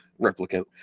replicant